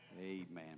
Amen